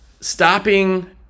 stopping